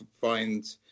find